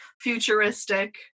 futuristic